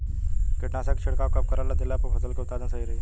कीटनाशक के छिड़काव कब करवा देला से फसल के उत्पादन सही रही?